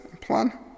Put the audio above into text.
plan